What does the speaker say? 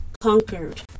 conquered